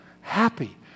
happy